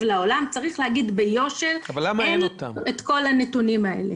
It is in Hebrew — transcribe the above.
לעולם צריך להגיד ביושר שאין את כל הנתונים האלה.